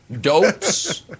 Dopes